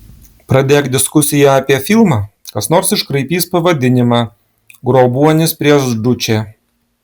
pradėk diskusiją apie filmą kas nors iškraipys pavadinimą grobuonis prieš dučę